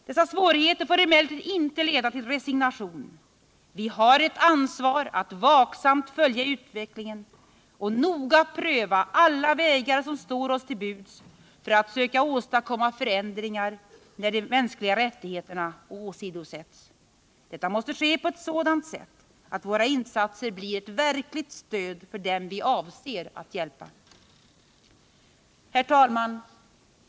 Dessa svårigheter får emellertid inte leda till resignation. Vi har ett ansvar att vaksamt följa utvecklingen och noga pröva alla vägar som står oss till buds för att söka åstadkomma förändringar när de mänskliga rättigheterna åsidosätts. Detta måste ske på ett sådant sätt att våra insatser blir ett verkligt stöd för dem vi avser att hjälpa. Herr talman!